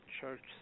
church